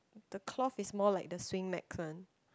the cloth is more like the swing max one